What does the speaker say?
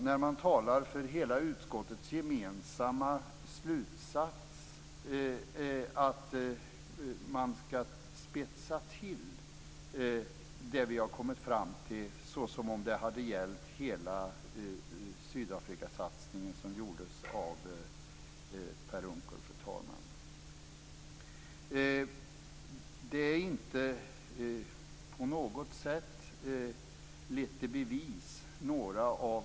När man talar för hela utskottets gemensamma slutsats ska man inte spetsa till det vi har kommit fram till, som om det hade gällt hela Sydafrikasatsningen. Det gjorde Per Unckel.